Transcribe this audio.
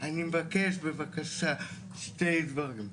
אני מבקש בבקשה שני דברים: